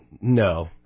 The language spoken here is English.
No